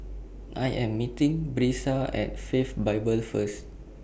I Am meeting Brisa At Faith Bible First